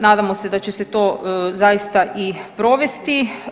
Nadamo se da će se to zaista i provesti.